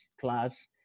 class